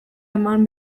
eman